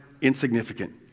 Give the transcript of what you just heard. insignificant